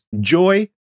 joy